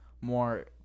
more